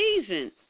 season